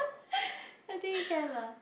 I think can lah